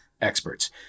experts